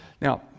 Now